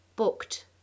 booked